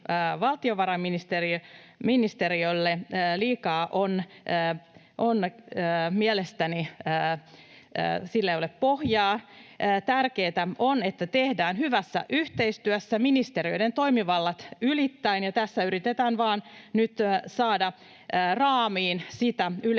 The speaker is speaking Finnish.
valtiovarainministeriölle liikaa, ei mielestäni ole pohjaa. Tärkeätä on, että tehdään hyvässä yhteistyössä ministeriöiden toimivallat ylittäen, ja tässä yritetään vaan nyt saada raamiin sitä